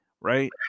right